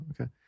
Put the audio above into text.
Okay